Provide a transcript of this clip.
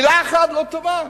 מלה אחת לא טובה?